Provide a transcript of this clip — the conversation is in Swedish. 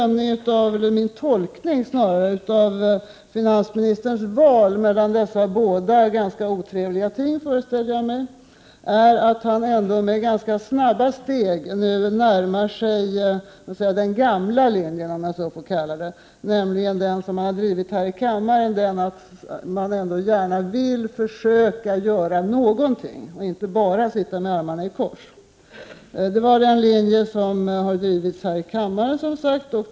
Min tolkning av finansministerns val mellan dessa båda, föreställer jag mig, ganska otrevliga ting är att han ändå med ganska snabba steg nu närmar sig den gamla linjen, om jag får kalla den så, nämligen den som han drivit här i kammaren, att han gärna vill försöka göra någonting, inte bara sitta med armarna i kors. Det är som sagt den linje han har drivit här i kammaren.